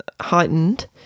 heightened